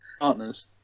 partners